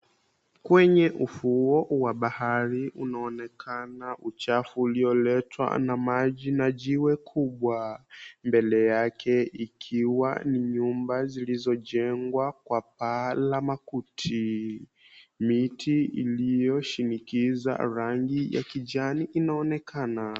Kwenye ufuo wa bahari kunaonekana uchafu ulioletwa na maji na jiwe kubwa. Mbele yake ikiwa ni nyumba zilizojengwa kwa paa la makuti. Miti iliyoshinikiza rangi ya kijani inaonekana.